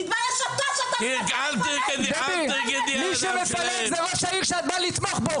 תתבייש אתה שאתה מפלג -- מי שמפלג זה ראש העיר שאת באה לתמוך בו,